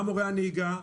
גם מורי הנהיגה,